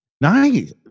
nice